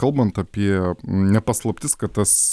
kalbant apie ne paslaptis kad tas